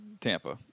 Tampa